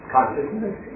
Consciousness